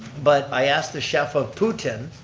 but i asked the chef of putin,